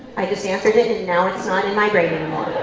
i just answered it and now it's not in my brain any more.